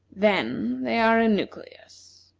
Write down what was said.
then they are a nucleus.